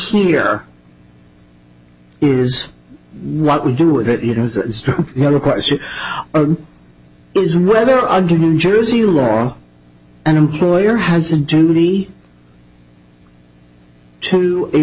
here is what we do with it you know it's not a question is whether under new jersey law an employer has a duty to a